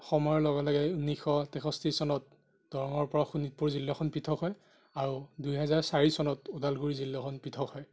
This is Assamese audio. সময়ৰ লগে লগে ঊনৈচশ তেষষ্ঠি চনত দৰঙৰ পৰা শোণিতপুৰ জিলাখন পৃথক হয় আৰু দুহেজাৰ চাৰি চনত ওদালগুৰি জিলাখন পৃথক হয়